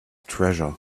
treasure